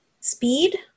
Speed